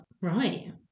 Right